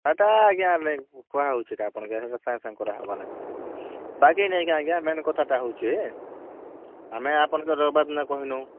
ହେଟା ଆଜ୍ଞା ନେଇ କ'ଣ ହେଉଛେ କି ଆଜ୍ଞା ସାଙ୍ଗେସାଙ୍ଗ କରା ହେବାର ନାହିଁ ବାକି ନୁହେଁ ଆଜ୍ଞା ମେନ୍ କଥାଟା ହେଉଛେ ଆଜ୍ଞା ଆମେ ଆପଣଙ୍କୁ ରବିବାର ଦିନ କହିନୁ